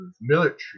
military